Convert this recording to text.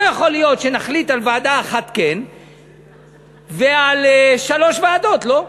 לא יכול להיות שנחליט על ועדה אחת כן ועל שלוש ועדות לא.